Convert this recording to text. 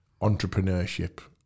entrepreneurship